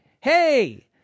hey